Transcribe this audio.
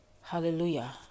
Hallelujah